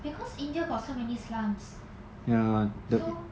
because india got so many slums so